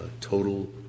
total